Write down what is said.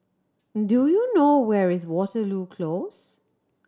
do you know where is Waterloo Close